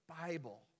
Bible